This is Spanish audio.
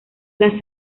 las